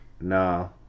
No